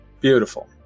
Beautiful